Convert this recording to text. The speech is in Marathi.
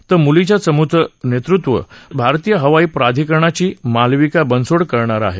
तर मुलींच्या चमुचं नेतृत्व भारतीय हवाई प्राधिकरणाची मालविका बनसोड करणार आहे